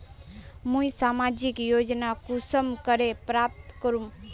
मुई सामाजिक योजना कुंसम करे प्राप्त करूम?